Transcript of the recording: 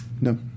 No